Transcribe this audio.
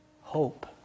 Hope